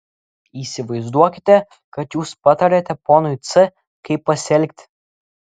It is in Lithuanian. įsivaizduokite kad jūs patariate ponui c kaip pasielgti